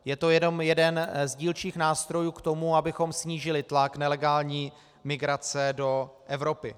Je to jenom jeden z dílčích nástrojů k tomu, abychom snížili tlak nelegální migrace do Evropy.